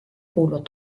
kuuluvad